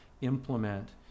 implement